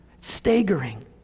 Staggering